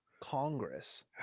Congress